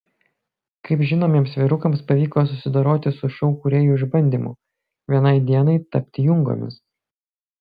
kaip žinomiems vyrukams pavyko susidoroti su šou kūrėjų išbandymu vienai dienai tapti jungomis